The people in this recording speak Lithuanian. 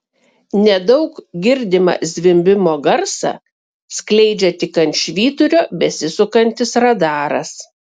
nedaug girdimą zvimbimo garsą skleidžia tik ant švyturio besisukantis radaras